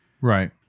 Right